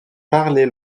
parlers